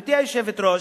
גברתי היושבת-ראש,